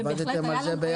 עבדתם על זה ביחד?